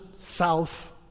South